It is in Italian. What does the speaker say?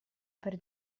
per